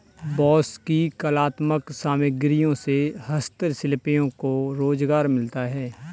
बाँस की कलात्मक सामग्रियों से हस्तशिल्पियों को रोजगार मिलता है